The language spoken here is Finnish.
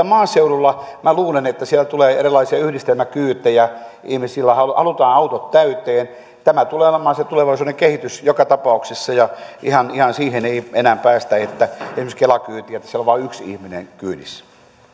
maaseudulla minä luulen tulee erilaisia yhdistelmäkyytejä halutaan autot täyteen tämä tulee olemaan se tulevaisuuden kehitys joka tapauksessa ja ihan ihan siihen ei enää päästä että esimerkiksi kela kyydissä on vain yksi ihminen kyydissä